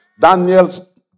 Daniel's